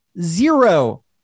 zero